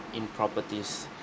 in properties